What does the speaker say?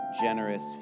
generous